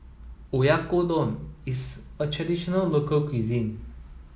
Oyakodon is a traditional local cuisine